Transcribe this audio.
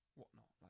whatnot